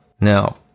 Now